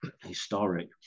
historic